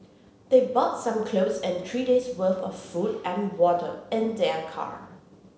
they brought some clothes and three days' worth of food and water in their car